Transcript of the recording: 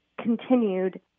continued